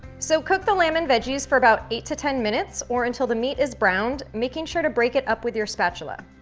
so, cook the lamb and veggies for about eight to ten minutes or until the meat is browned, making sure to break it up with your spatula.